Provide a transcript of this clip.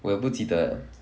我也不记得 eh